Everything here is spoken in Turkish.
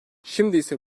şimdiyse